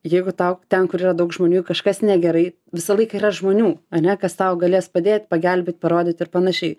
jeigu tau ten kur yra daug žmonių kažkas negerai visą laiką yra žmonių ane kas tau galės padėt pagelbėt parodyt ir panašiai